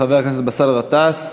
חבר הכנסת באסל גטאס,